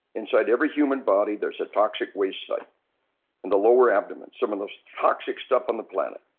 inside every human body there is a toxic waste site in the lower abdomen. some of the most toxic stuff on the planet.